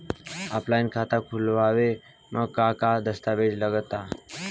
Offline खाता खुलावे म का का दस्तावेज लगा ता?